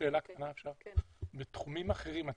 בתחומים אחרים,